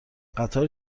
قطار